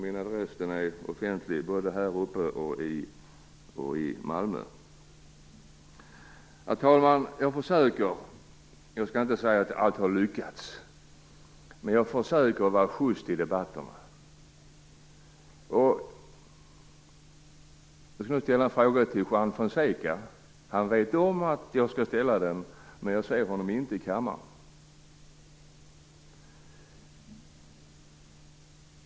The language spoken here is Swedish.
Min adress är offentlig, både här uppe och i Malmö. Herr talman! Jag försöker att just i debatterna. Jag skall inte säga att jag alltid har lyckats. Jag skall nu ställa en fråga till Juan Fonseca. Han vet om att jag skall ställa den, men jag ser honom inte i kammaren.